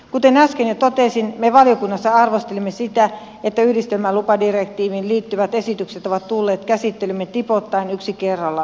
kuten äsken jo totesin me valiokunnassa arvostelimme sitä että yhdistelmälupadirektiiviin liittyvät esitykset ovat tulleet käsittelyymme tipoittain yksi kerrallaan